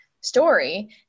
story